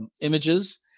images